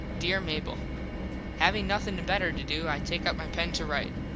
dere mable having nothin better to do i take up my pen to rite.